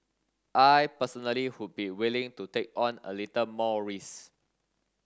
I personally would be willing to take on a little more risk